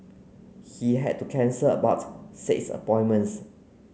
he had to cancel about six appointments